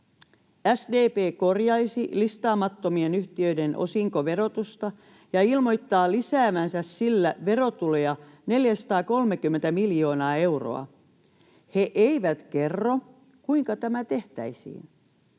SDP korjaisi listaamattomien yhtiöiden osinkoverotusta ja ilmoittaa lisäävänsä sillä verotuloja 430 miljoonaa euroa. He eivät kerro, kuinka tämä tehtäisiin.